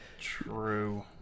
True